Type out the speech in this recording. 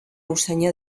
usaina